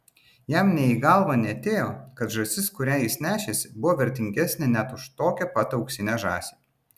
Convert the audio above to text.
jam nė į galvą neatėjo kad žąsis kurią jis nešėsi buvo vertingesnė net už tokią pat auksinę žąsį